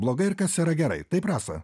blogai ir kas yra gerai taip rasa